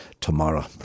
tomorrow